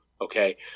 okay